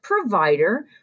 provider